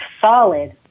solid